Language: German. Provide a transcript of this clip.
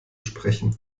sprechen